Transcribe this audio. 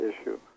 issue